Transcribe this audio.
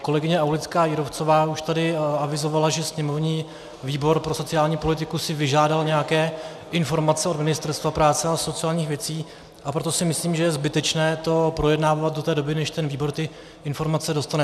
Kolegyně Aulická Jírovcová už tady avizovala, že sněmovní výbor pro sociální politiku si vyžádal nějaké informace od Ministerstva práce a sociálních věcí, a proto si myslím, že je zbytečné to projednávat do té doby, než ten výbor ty informace dostane.